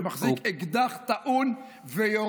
זה כמו אדם שמחזיק אקדח טעון ויורה,